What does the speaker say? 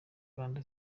rwanda